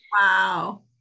Wow